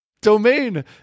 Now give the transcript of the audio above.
Domain